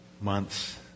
months